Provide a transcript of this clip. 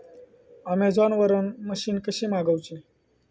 Amazon वरन machine कशी मागवची?